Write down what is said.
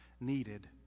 needed